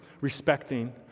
respecting